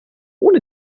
ohne